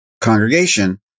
congregation